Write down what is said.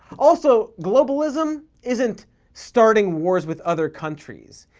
also, globalism isn't starting wars with other countries.